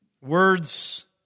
Words